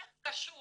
איך קשור